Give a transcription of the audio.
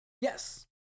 Yes